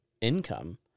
income